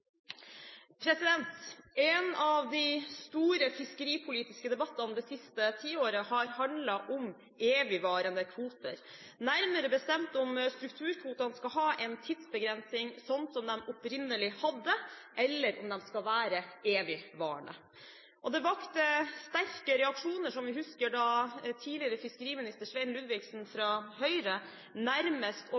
hovedspørsmål. En av de store fiskeripolitiske debattene det siste tiåret har handlet om evigvarende kvoter, nærmere bestemt om strukturkvotene skal ha en tidsbegrensing, sånn som de opprinnelig hadde, eller om de skal være evigvarende. Det vakte, som vi husker, sterke reaksjoner da tidligere fiskeriminister Svein Ludvigsen fra Høyre nærmest